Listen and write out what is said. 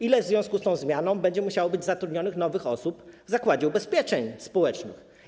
Ile w związku z tą zmianą będzie musiało być zatrudnionych nowych osób w Zakładzie Ubezpieczeń Społecznych?